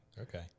Okay